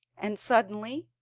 and suddenly,